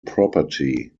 property